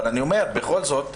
אבל בכל זאת,